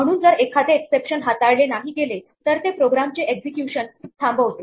म्हणून जर एखादे एक्सेप्शन हाताळले नाही गेले तर ते प्रोग्रामचे एक्झिक्युशन थांबवते